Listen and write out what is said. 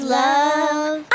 love